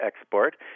export